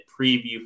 preview